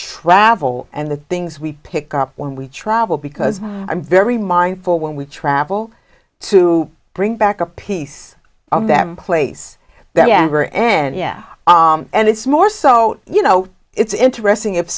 travel and the things we pick up when we travel because i'm very mindful when we travel to bring back a piece of them place that anger and yeah and it's more so you know it's interesting if